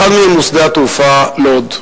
אחת מהן היא שדה התעופה לוד.